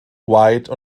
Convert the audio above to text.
white